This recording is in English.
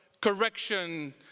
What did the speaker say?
correction